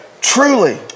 Truly